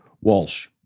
Walsh